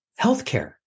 healthcare